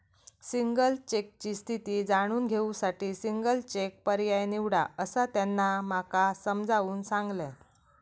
single चेकची स्थिती जाणून घेऊ साठी सिंगल चेक पर्याय निवडा, असा त्यांना माका समजाऊन सांगल्यान